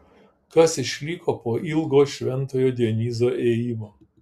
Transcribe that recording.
kas išliko po ilgo šventojo dionizo ėjimo